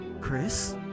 Chris